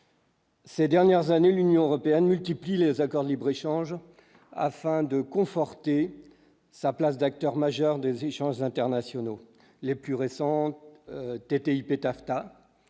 Ces dernières années, l'Union européenne multiplie les accords de libre échange afin de conforter sa place d'acteur majeur des échanges internationaux les plus récentes des TIP